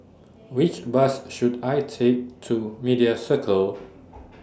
Which Bus should I Take to Media Circle